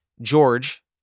George